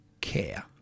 care